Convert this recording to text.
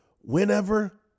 Whenever